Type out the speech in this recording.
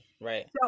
right